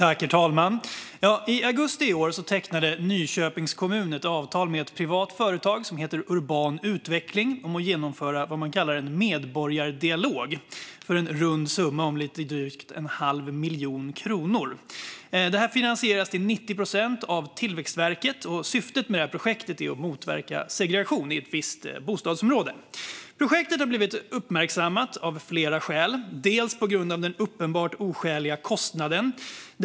Herr talman! I augusti i år tecknade Nyköpings kommun ett avtal med ett privat företag som heter Urban utveckling om att genomföra vad man kallar en medborgardialog för en rund summa om lite drygt en halv miljon kronor. Detta finansieras till 90 procent av Tillväxtverket, och syftet med projektet är att motverka segregation i ett visst bostadsområde. Projektet har blivit uppmärksammat av flera skäl. Ett är den uppenbart oskäliga kostnaden.